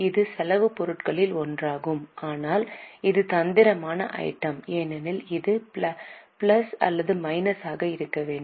இது செலவு பொருட்களில் ஒன்றாகும் ஆனால் இது தந்திரமான ஐட்டம் ஏனெனில் இது பிளஸ் அல்லது மைனஸாக இருக்க வேண்டும்